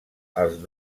els